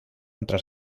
entre